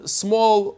small